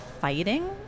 fighting